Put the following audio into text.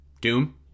Doom